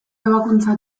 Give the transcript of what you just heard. ebakuntza